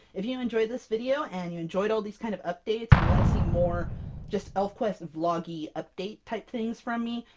if you enjoyed this video, and you enjoyed all these kind of updates, and you want to see more just elfquest and vloggy update type things from me,